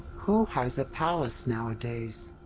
who has a palace nowadays?